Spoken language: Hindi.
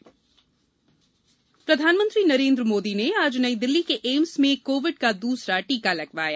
प्रधानमंत्री टीका प्रधानमंत्री नरेन्द्र मोदी ने आज नई दिल्ली के एम्स में कोविड का द्सरा टीका लगवाया